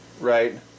Right